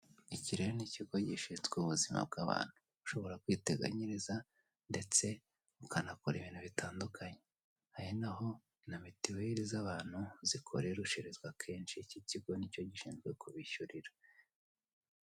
Iki rero ni ikigo gishinzwe ubuzima bw'abantu. Ushobora kwiteganyiriza ndetse ukanakora ibintu bitandukanye. Ari naho mituweli z'abantu zikoresherezwa akenshi iki kigo nicyo gishinzwe kubishyurira.